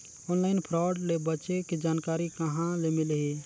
Online fraud ले बचे के जानकारी कहां ले मिलही?